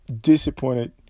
disappointed